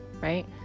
Right